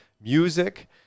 Music